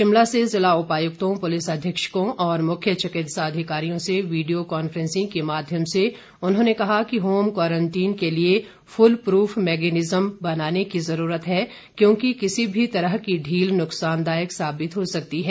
शिमला से ज़िला उपायुक्तों पुलिस अधीक्षकों और मुख्य चिकित्सा अधिकारियों से वीडियो कॉन्फ्रेंसिंग के माध्यम से उन्होंने कहा कि होम क्वारंटीन के लिए फूल प्रफ मैकेनिज़्म बनाने की ज़रूरत है क्योंकि किसी भी तरह की ढील नुकसानदायक साबित हो सकती है